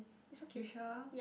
you sure